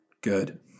Good